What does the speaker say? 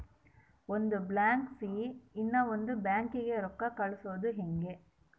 ಒಂದು ಬ್ಯಾಂಕ್ಲಾಸಿ ಇನವಂದ್ ಬ್ಯಾಂಕಿಗೆ ರೊಕ್ಕ ಕಳ್ಸೋದು ಯಂಗೆ